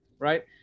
Right